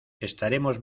estaremos